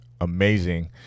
amazing